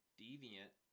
deviant